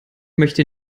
möchte